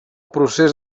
procés